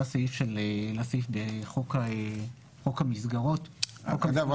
זה הסעיף בחוק המסגרות -- דרך אגב,